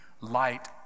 light